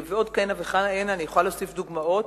ועוד כהנה וכהנה, אני יכולה להוסיף דוגמאות.